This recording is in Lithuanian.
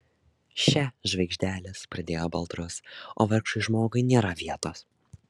še žvaigždelės pradėjo baltrus o vargšui žmogui nėra vietos